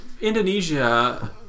Indonesia